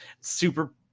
super